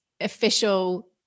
official